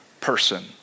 person